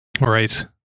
Right